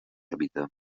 òrbita